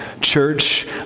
Church